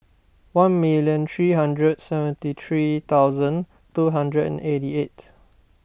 one minute three hundred seventy three thousand two hundred and eighty eight